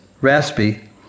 raspy